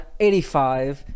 85